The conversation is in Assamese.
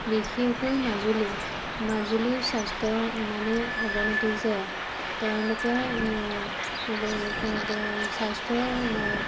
বিশেষকৈ মাজুলী মাজুলীৰ স্বাস্থ্য ইমানেই অৱনতি যে তেওঁলোকে স্বাস্থ্যৰ